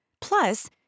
Plus